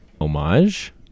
homage